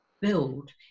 build